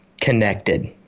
connected